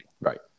Right